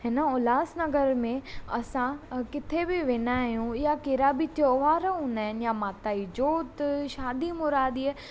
हिन उल्हासनगर में असां किथे बि वेंदा आहियूं या कहिड़ा बि त्योहार हूंदा आहिनि या माता जी जोत शादीअ मूरादीअ